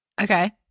Okay